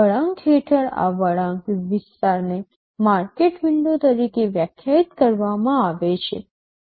વળાંક હેઠળ આ વળાંક વિસ્તારને માર્કેટ વિન્ડો તરીકે વ્યાખ્યાયિત કરવામાં આવે છે